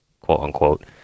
quote-unquote